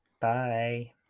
Bye